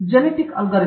genetic algorithm